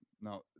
Now